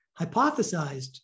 hypothesized